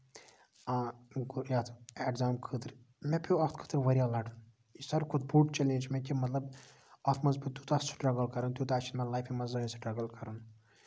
آ یَتھ اٮ۪کزام خٲطرٕ مےٚ پیوٚو اَتھ خٲطرٕ واریاہ لڈُن یہِ ساروی کھۄتہٕ بوٚڑ چیلینج چھُ مےٚ کہِ مطلب اَتھ منٛز پیوٚو تیوٗتاہ سٔٹرَگٔل کَرُن تیوٗتاہ چھُنہٕ مےٚ لایفہِ منٛز زہٕنۍ سٔٹرَگٔل کَرُن